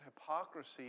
hypocrisy